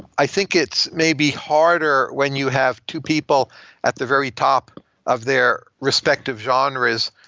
i think it's maybe harder when you have two people at the very top of their respective genres,